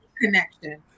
connection